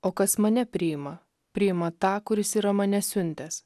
o kas mane priima priima tą kuris yra mane siuntęs